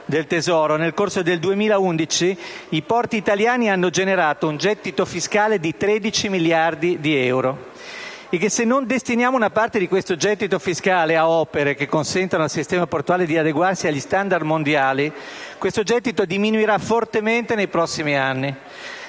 nel corso del 2011, i porti italiani hanno generato un gettito fiscale di 13 miliardi di euro) e che se non destiniamo una parte di questo gettito fiscale a opere che consentano al sistema portuale di adeguarsi agli standard mondiali, questo gettito diminuirà fortemente nei prossimi anni,